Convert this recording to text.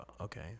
okay